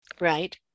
Right